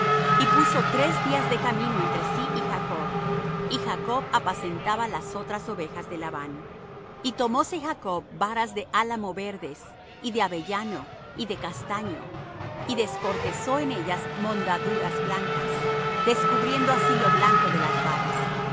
y puso tres días de camino entre sí y jacob y jacob apacentaba las otras ovejas de labán y tomóse jacob varas de álamo verdes y de avellano y de castaño y descortezó en ellas mondaduras blancas descubriendo así lo blanco de las varas